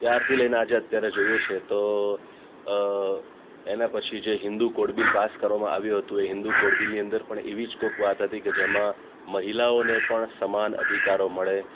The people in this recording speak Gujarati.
ત્યારથી લઈને આજે અત્યારે જોઈએ છે તો એના પછી જે હિન્દુ કોડ બિલ પાસ કરવામાં આવ્યું હતું એ હિન્દુ કોડ બિલની અંદર પણ એવી જ કંઈક વાત હતી કે જેમાં મહિલાઓને પણ સમાન અધિકારો મળે